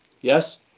Yes